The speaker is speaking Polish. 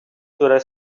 które